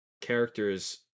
characters